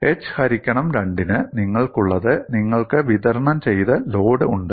h ഹരിക്കണം 2 ന് നിങ്ങൾക്കുള്ളത് നിങ്ങൾക്ക് വിതരണം ചെയ്ത ലോഡ് ഉണ്ട്